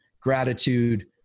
gratitude